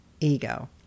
ego